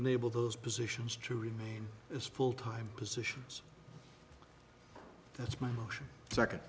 enable those positions to remain as full time positions that's my motion second